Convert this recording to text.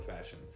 fashion